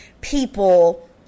people